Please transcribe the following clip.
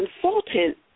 consultant